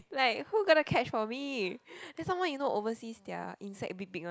like who gonna catch for me then some more you know oversea their insect big big one